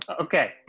Okay